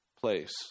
place